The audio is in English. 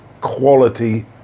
quality